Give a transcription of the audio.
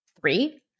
three